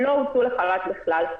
לא הוצאו לחל"ת בכלל.